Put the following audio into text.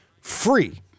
free